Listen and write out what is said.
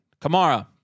Kamara